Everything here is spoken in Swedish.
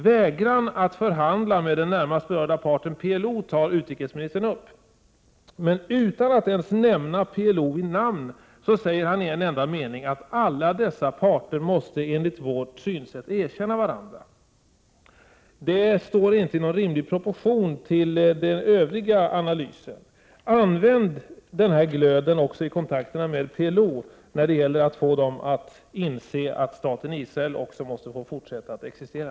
Vägran att förhandla med den närmast berörda parten PLO tar utrikesministern upp, men utan att ens nämna PLO vid namn säger han i en enda mening: ”Alla dessa parter måste erkänna varandra.” Det står inte i någon rimlig proportion till den övriga analysen. Använd den här glöden också i kontakterna med PLO när det gäller att få PLO att inse att staten Israel måste få fortsätta att existera!